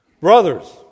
brothers